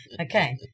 Okay